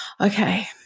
okay